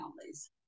families